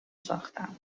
ساختم